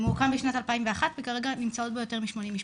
הוא הוקם בשנת 2001 וכרגע נמצאות בו יותר מ-80 משפחות.